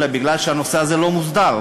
אלא מפני שהנושא הזה לא מוסדר.